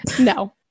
No